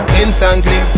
instantly